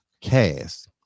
cast